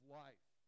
life